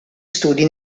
studi